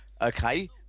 Okay